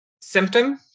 symptom